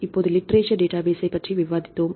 இப்போது லிட்ரேசர் டேட்டாபேஸ்ஸைப் பற்றி விவாதிப்போம்